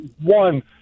one